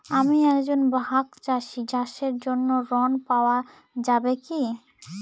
আমি একজন ভাগ চাষি চাষের জন্য ঋণ পাওয়া যাবে কি?